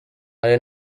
hari